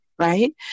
Right